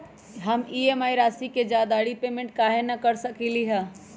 हम ई.एम.आई राशि से ज्यादा रीपेमेंट कहे न कर सकलि ह?